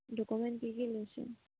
document কি কি লৈছে